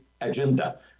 agenda